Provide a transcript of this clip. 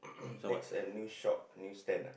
next at news shop news stand ah